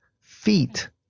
feet